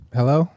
Hello